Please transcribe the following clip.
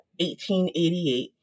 1888